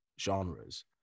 genres